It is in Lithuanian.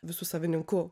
visų savininkų